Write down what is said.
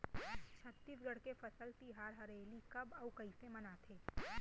छत्तीसगढ़ के फसल तिहार हरेली कब अउ कइसे मनाथे?